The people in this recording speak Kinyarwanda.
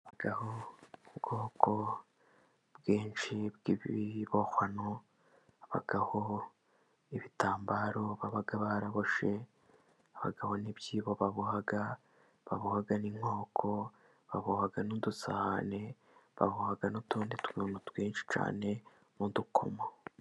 Habaho ubwoko bwinshi bw'ibibohano, habaho ibitambaro baba baraboshye, habaho ibyibo baboha, baboha n'inkoko, baboha n'udusahane, baboha n'utundi tuntu twinshi cyane, n'udukomo.